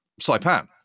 Saipan